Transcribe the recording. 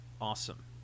awesome